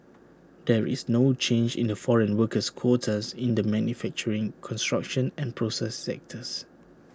there is no change in the foreign workers quotas in the manufacturing construction and process sectors